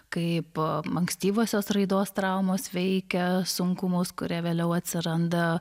kaip ankstyvosios raidos traumos veikia sunkumus kurie vėliau atsiranda